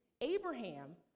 Abraham